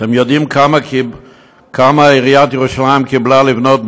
אתם יודעים כמה עיריית ירושלים קיבלה לבנות,